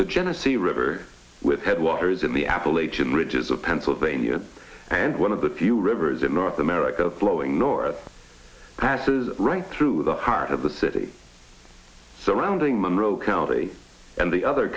genesee river with headwaters in the appalachian ridges of pennsylvania and one of the few rivers in north america flowing north passes right through the heart of the city surrounding monroe county and the other